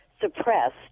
suppressed